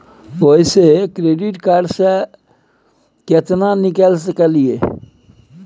ओयसे credit card से केतना निकाल सकलियै?